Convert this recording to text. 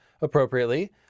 Appropriately